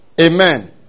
Amen